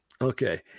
Okay